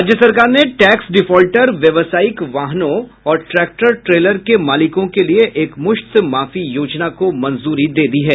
राज्य सरकार ने टैक्स डिफॉल्टर व्यवसायिक वाहनों और ट्रैक्टर ट्रेलर के मालिकों के लिये एकमुश्त माफी योजना को मंजूरी दे दी है